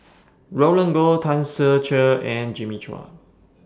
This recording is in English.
Roland Goh Tan Ser Cher and Jimmy Chua